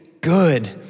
good